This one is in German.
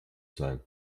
sein